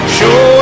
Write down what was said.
show